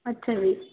ਅੱਛਾ ਜੀ